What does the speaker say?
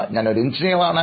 ഞാൻ ഒരു എൻജിനീയർ ആണ്